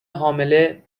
حامله